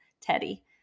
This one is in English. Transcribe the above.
Teddy